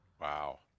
Wow